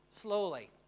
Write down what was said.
slowly